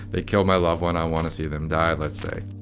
they killed my loved one. i want to see them die. let's say